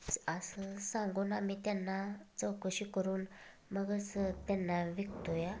असं सांगून आम्ही त्यांना चौकशी करून मगच त्यांना विकतोया